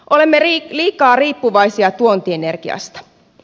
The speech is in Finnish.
olemme liikaa riippuvaisia tuontienergiasta